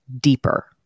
deeper